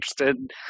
interested